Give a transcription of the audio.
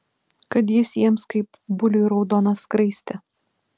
kad jis jiems kaip buliui raudona skraistė